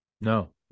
No